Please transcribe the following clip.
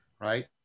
right